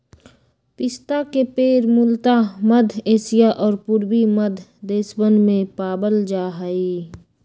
पिस्ता के पेड़ मूलतः मध्य एशिया और पूर्वी मध्य देशवन में पावल जा हई